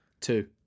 Two